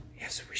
Yes